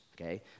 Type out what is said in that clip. okay